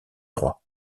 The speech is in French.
droit